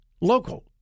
local